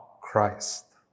Christ